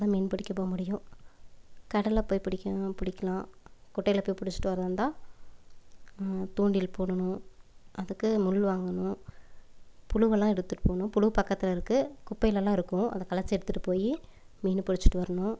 அப்போதான் மீன் பிடிக்க போகமுடியும் கடலில் போய் பிடிக்கறதுன்னா பிடிக்கலாம் குட்டையில் போய் பிடிச்சிட்டு வரதிருந்தா தூண்டில் போடணும் அதுக்கு முள் வாங்கணும் புழுவெல்லாம் எடுத்துகிட்டு போகணும் புழு பக்கத்திலருக்கு குப்பையிலயெல்லாம் இருக்கும் அதை கலைச்சி எடுத்துகிட்டு போய் மீன் பிடிச்சிட்டு வரணும்